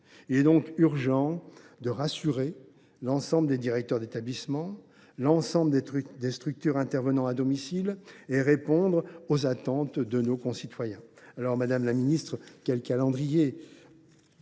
Il est donc urgent de rassurer l’ensemble des directeurs d’établissement et l’ensemble des structures intervenant à domicile, et de répondre aux attentes de nos concitoyens. Madame la ministre, quel calendrier